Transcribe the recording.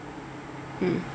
mm